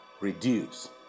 reduce